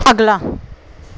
अगला